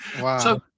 Wow